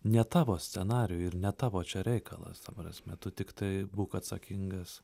ne tavo scenarijų ir ne tavo čia reikalas ta prasme tu tiktai būk atsakingas